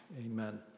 Amen